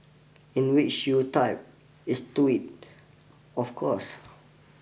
in which you typed is twit of course